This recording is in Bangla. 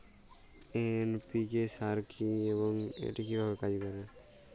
এন.পি.কে সার কি এবং এটি কিভাবে কাজ করে?